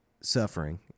suffering